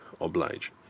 oblige